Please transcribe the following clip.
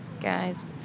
guys